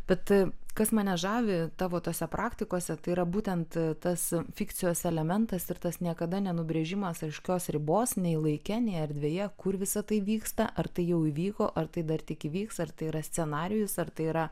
bet kas mane žavi tavo tose praktikose tai yra būtent tas fikcijos elementas ir tas niekada nenubrėžimas aiškios ribos nei laike nei erdvėje kur visa tai vyksta ar tai jau įvyko ar tai dar tik įvyks ar tai yra scenarijus ar tai yra